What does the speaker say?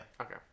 Okay